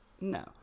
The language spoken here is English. No